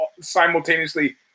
simultaneously